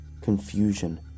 confusion